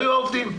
היו העובדים.